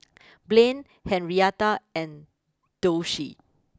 Blaine Henrietta and Dulcie